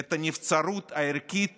את הנבצרות הערכית